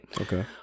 Okay